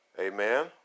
Amen